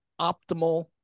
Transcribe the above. optimal